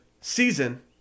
season